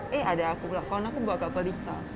eh adik aku pula kawan aku buat kat pearlista